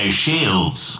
shields